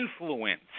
influence